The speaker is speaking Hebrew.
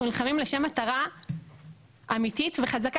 אנחנו נלחמים לשם מטרה אמיתית וחזקה,